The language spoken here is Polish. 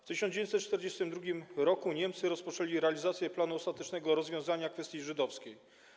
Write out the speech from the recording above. W 1942 r. Niemcy rozpoczęli realizację planu ostatecznego rozwiązania kwestii żydowskiej.